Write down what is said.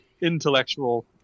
intellectual